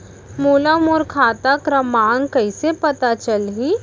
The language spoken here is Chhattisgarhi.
मोला मोर खाता क्रमाँक कइसे पता चलही?